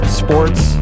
sports